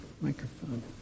microphone